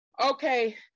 okay